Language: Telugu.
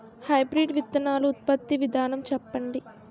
హైబ్రిడ్ విత్తనాలు ఉత్పత్తి విధానం చెప్పండి?